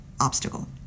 obstacle